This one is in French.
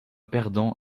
perdant